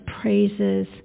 praises